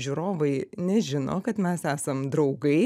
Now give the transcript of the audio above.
žiūrovai nežino kad mes esam draugai